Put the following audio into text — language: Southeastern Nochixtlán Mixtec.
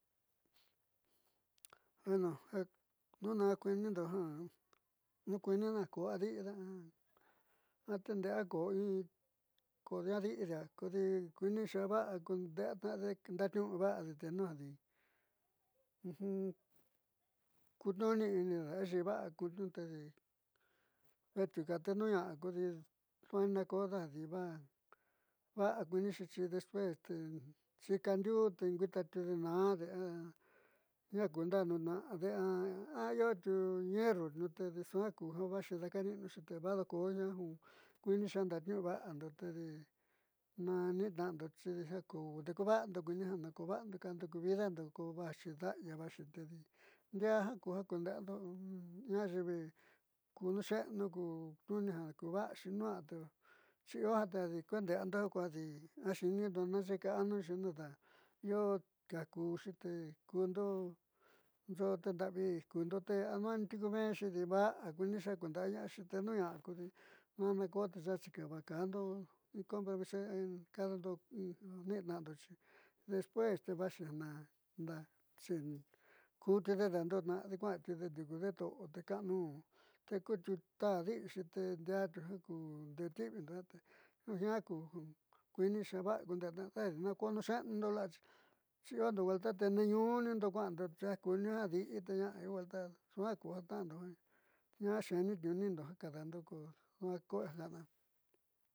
Nonaje nona kunino jan nukuina na koaninda, natenea kó iin konrida kodi kuchenava'a kudeata nanudiati tenadii, ujun kutoni inina cheva'a akunoti nakutuno tene'a kudii kuana kodadi va'a, va'a kuninixhi xhi despueste té xhikandiú ti kuita kodenada ndea nakunda nuná, ndea ayo'o tuu ñero tenidixakuu, koñani cheti ni cheete vado konoña najuu kuini xanaño, kuando tedee nanitando xhidixiá, kuu devando ninixhi ko dendo ku vida nró kova'a chin ndaya chin tenii, nria ku'a kudando ñayivii kuchendo kuu nduña kundaxhi niando, ndianda kudiando nadii xhinino na xhikanró xhinoda yo'o takuchete kundo yo'o yi nravii kundote aman takuvenro ndexhi ni va'a kunexhi, ndekundayaxhi kunuya kudii nanikoteña xhika'a nguakando nikoxhia tuxhen dekando tuin nenano xhii, despues te vaxhina ndachen kuu teda ndani kuando natinedeto tikannuu tutadixhité tidiana kuu ndetinante naña kuu kuini xheva'a kunayave konochendola xhiando vuelta ti ni ñoo ninro kuando, chia kuu ña diitena nguelta kuan kutanró ña xhiniño ka'a kuando kó kua kuajada.